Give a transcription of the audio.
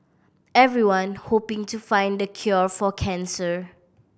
everyone hoping to find the cure for cancer